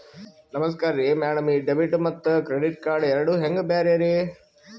ನಮಸ್ಕಾರ್ರಿ ಮ್ಯಾಡಂ ಈ ಡೆಬಿಟ ಮತ್ತ ಕ್ರೆಡಿಟ್ ಕಾರ್ಡ್ ಎರಡೂ ಹೆಂಗ ಬ್ಯಾರೆ ರಿ?